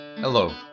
Hello